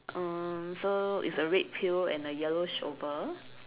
um so it's a red pail and a yellow shovel